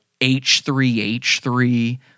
H3H3